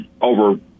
over